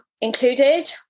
included